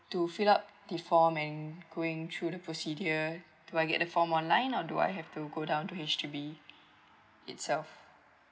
to fill up the form and going through the procedure do I get a form online or do I have to go down to H_D_B itself